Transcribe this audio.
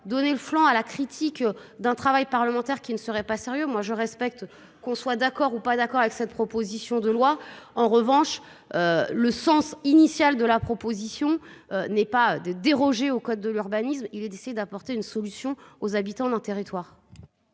donner le flanc à la critique d'un travail parlementaire qui ne serait pas sérieux moi je respecte, qu'on soit d'accord ou pas d'accord avec cette proposition de loi en revanche. Le sens initial de la proposition n'est pas de déroger au code de l'urbanisme, il c'est d'apporter une solution aux habitants d'un territoire.